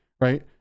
right